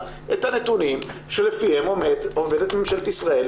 את הנתונים שלפיהם עובדת ממשלת ישראל,